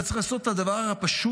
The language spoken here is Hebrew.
אתה צריך לעשות את הדבר הפשוט,